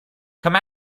come